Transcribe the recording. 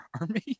army